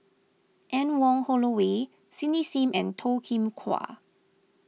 Anne Wong Holloway Cindy Sim and Toh Kim Hwa